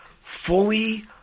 fully